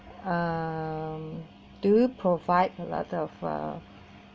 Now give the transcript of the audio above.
um do you provide a lot of uh